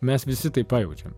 mes visi tai pajaučiam